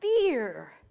fear